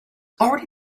already